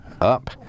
up